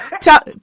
Tell